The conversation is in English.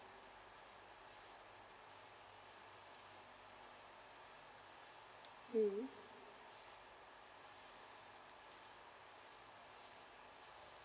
mm